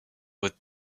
with